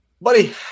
Buddy